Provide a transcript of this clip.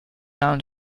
ireland